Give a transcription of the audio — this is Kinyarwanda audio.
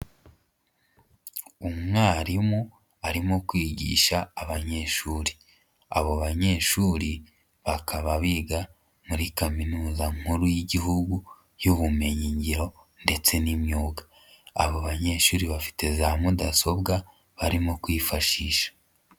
Umwarimu arimo kwigisha abanyeshuri, abo banyeshuri bakaba biga muri Kaminuza nkuru y'Igihugu y'ubumenyingiro ndetse n'imyuga, abo banyeshuri bafite za mudasobwa barimo kwifashisha.